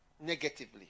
negatively